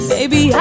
Baby